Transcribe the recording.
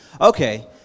Okay